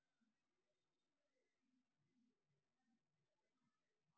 ಹತ್ತಿನಾ ಕಾಸ್ಟಿಕ್ದಾಗ್ ಇಡಾದ್ರಿಂದ ಅದು ಬಟ್ಟಿ ಮಾಡನ ಭಾಳ್ ದಿನಾ ಬಣ್ಣಾ ಹೋಗಲಾ ಮತ್ತ್ ಹೋಳಪ್ನು ಹೋಗಲ್